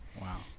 Wow